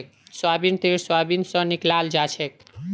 सोयाबीनेर तेल सोयाबीन स निकलाल जाछेक